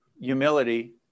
humility